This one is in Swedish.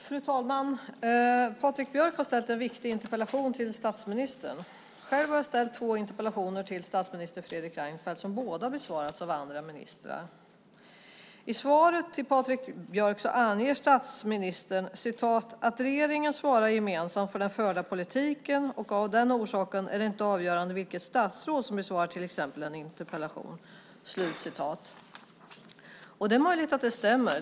Fru talman! Patrik Björck har ställt en viktig interpellation till statsministern. Själv har jag ställt två interpellationer till statsminister Fredrik Reinfeldt som båda har besvarats av andra ministrar. I svaret till Patrik Björck anger statsministern att "regeringen svarar gemensamt för den förda politiken", och "av den orsaken är det inte avgörande vilket statsråd som besvarar till exempel en interpellation". Det är möjligt att det stämmer.